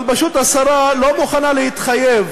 אבל פשוט השרה לא מוכנה להתחייב